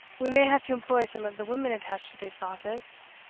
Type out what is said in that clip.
we may have to employ some of the women attached to this office,